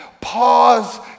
pause